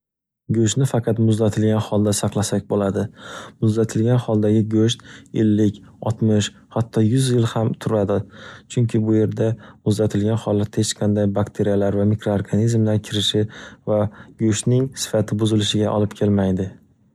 Goʻshni faqat muzlatilgan holda saqlasak boʻladi. Muzlatilgan holdagi goʻsht ellik, oltmish, hatto yuz yil ham turadi, chunki bu yerda muzatilgan holatda hech qanday bakteriyalar va mikroorganizmlar kirishi va goʻshtning sifati buzilishiga olib kelmaydi.